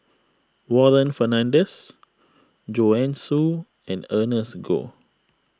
Warren Fernandez Joanne Soo and Ernest Goh